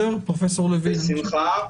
בשמחה.